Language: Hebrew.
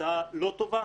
היא הצעה לא טובה,